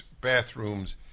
bathrooms